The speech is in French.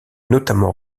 notamment